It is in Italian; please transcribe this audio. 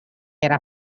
era